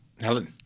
Helen